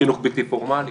חינוך בלתי פורמלי.